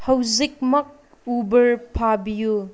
ꯍꯧꯖꯤꯛꯃꯛ ꯎꯕꯔ ꯐꯥꯕꯤꯌꯨ